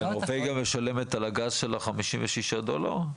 נורבגיה משלמת על הגז שלה חמישים ושישה דולר?